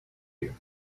you